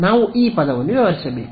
ನಾವು ಈ ಪದವನ್ನು ವ್ಯವಹರಿಸಬೇಕು